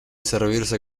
servirse